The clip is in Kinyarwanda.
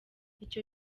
icyo